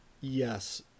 Yes